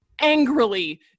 angrily